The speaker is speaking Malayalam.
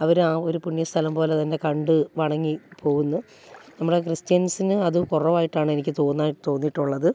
അവർ ആ ഒരു പുണ്യ സ്ഥലംപോലെ തന്നെ കണ്ട് വണങ്ങി പോവുന്നു നമ്മുടെ ക്രിസ്റ്റ്യൻസിന് അത് കുറവായിട്ടാണ് എനിക്ക് തോന്നിയിട്ടുള്ളത്